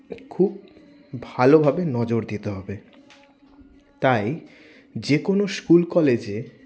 খুব ভালোভাবে নজর দিতে হবে তাই যেকোনো স্কুল কলেজে